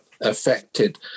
affected